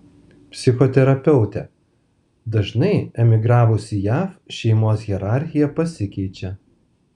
psichoterapeutė dažnai emigravus į jav šeimos hierarchija pasikeičia